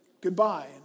goodbye